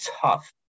tough